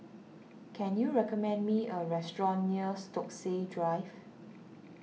can you recommend me a restaurant near Stokesay Drive